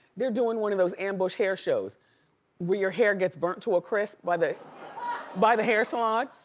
they're doing one of those ambush hair shows where your hair gets burnt to a crisp, by the by the hair salon,